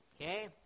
Okay